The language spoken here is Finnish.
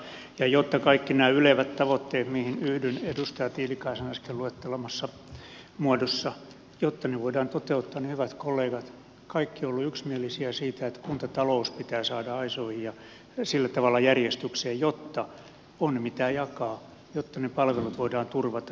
ja jotta kaikki nämä ylevät tavoitteet mihin yhdyn edustaja tiilikaisen äsken luettelemassa muodossa voidaan toteuttaa niin hyvät kollegat kaikki ovat olleet yksimielisiä siitä että kuntatalous pitää saada aisoihin ja sillä tavalla järjestykseen jotta on mitä jakaa jotta ne palvelut voidaan turvata